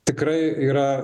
tikrai yra